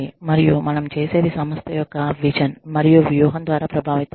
మరియు మనం చేసేది సంస్థ యొక్క విజన్ మరియు వ్యూహం ద్వారా ప్రభావితమవుతుంది